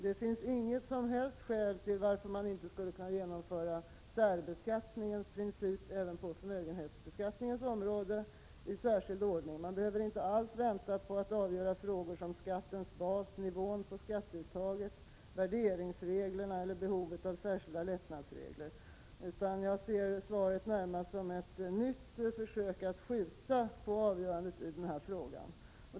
Det finns inget som helst skäl till att man inte skulle kunna införa särbeskattningens princip även på förmögenhetsbeskattningens område i särskild ordning. Man behöver inte alls vänta på att avgöra frågor som skattens bas, nivån på skatteuttaget, värderingsreglerna eller behovet av särskilda lättnadsregler, utan jag ser svaret närmast som ett nytt försök att skjuta på avgörandet i den här frågan.